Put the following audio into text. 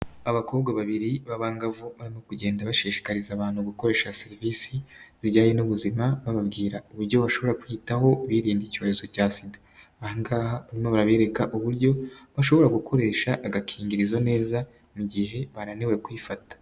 Abakobwa babiri b'abangavu ,barimo kugenda bashishikariza abantu gukoresha serivisi zijyanye n'ubuzima, bababwira uburyo bashobora kwitaho birinda icyorezo cya sida. Ahangaha barimo babereka uburyo bashobora gukoresha agakingirizo neza mu gihe bananiwe kwifata.